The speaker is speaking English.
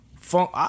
Funk